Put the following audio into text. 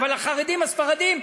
אבל החרדים הספרדים,